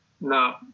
no